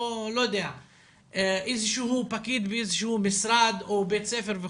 או איזה שהוא פקיד באיזה משרד או בית ספר,